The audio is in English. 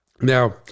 now